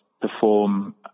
perform